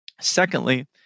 Secondly